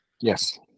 yes